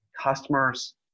customers